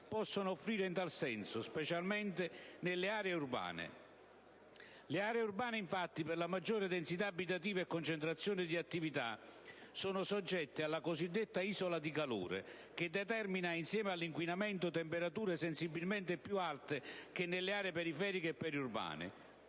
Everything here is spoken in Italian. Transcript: possono offrire in tal senso, specialmente nelle aree urbane. Queste, infatti, per la maggior densità abitativa e concentrazione di attività, sono soggette al fenomeno della cosiddetta isola di calore, che determina, insieme all'inquinamento, temperature sensibilmente più alte che nelle aree periferiche e periurbane.